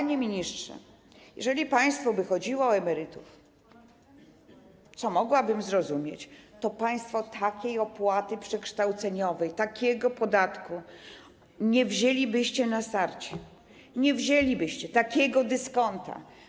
Panie ministrze, jeżeli państwu chodziłoby o emerytów, co mogłabym zrozumieć, to państwo takiej opłaty przekształceniowej, takiego podatku nie nałożylibyście na starcie, nie wzięlibyście takiego dyskonta.